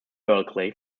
bulkley